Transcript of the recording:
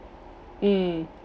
mm